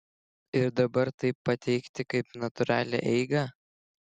ir dabar tai pateikti kaip natūralią eigą